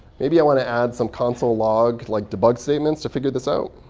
maybe i want to add some console log like debug statements to figure this out.